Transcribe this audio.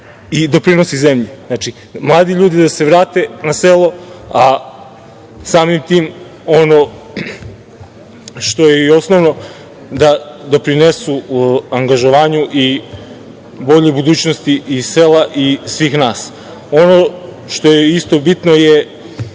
i doprinosi zemlji. Znači, mladi ljudi da se vrate na selo a samim tim ono što je i osnovno, da doprinesu u angažovanju i boljoj budućnosti sela i svih nas. Ono što je takođe bitno je